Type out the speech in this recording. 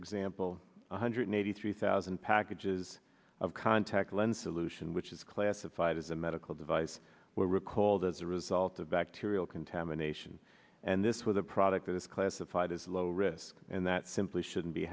example one hundred eighty three thousand packages of contact lens solution which is classified as a medical device were recalled as a result of bacterial contamination and this was a product that is classified as low risk and that simply shouldn't be